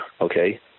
okay